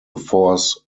force